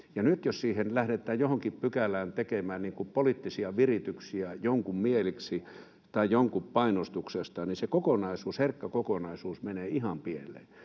Nyt jos siihen lähdetään johonkin pykälään tekemään niin kuin poliittisia virityksiä jonkun mieliksi tai jonkun painostuksesta, niin se herkkä kokonaisuus menee ihan pieleen.